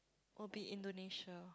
will be Indonesia